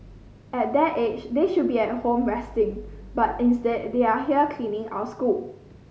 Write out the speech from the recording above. at their age they should be at home resting but instead they are here cleaning our school